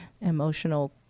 emotional